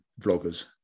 vloggers